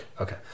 Okay